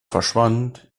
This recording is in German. verschwand